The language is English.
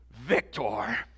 victor